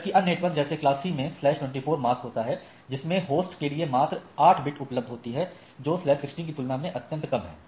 जबकी अन्य नेटवर्क जैसे क्लास C में 24 मास्क होता है जिसमें में होस्ट के लिए मात्र 8 bits उपलब्ध होती हैं जो 16 कि तुलना में अत्यंत कम है